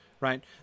right